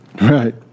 Right